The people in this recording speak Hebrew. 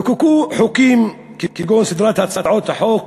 חוקקו חוקים כמו סדרת הצעות חוק